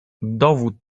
dowód